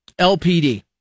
LPD